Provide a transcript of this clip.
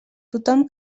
tothom